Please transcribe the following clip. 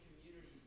community